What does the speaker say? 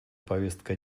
повестка